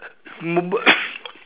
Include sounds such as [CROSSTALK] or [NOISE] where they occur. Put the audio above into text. [COUGHS] `